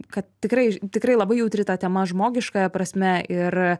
kad tikrai tikrai labai jautri ta tema žmogiškąja prasme ir